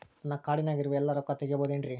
ನನ್ನ ಕಾರ್ಡಿನಾಗ ಇರುವ ಎಲ್ಲಾ ರೊಕ್ಕ ತೆಗೆಯಬಹುದು ಏನ್ರಿ?